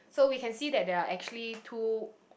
so we can see that there are actually two